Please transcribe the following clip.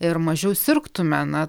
ir mažiau sirgtume na